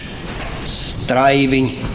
Striving